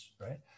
right